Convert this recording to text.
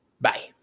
Bye